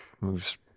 moves